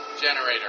generator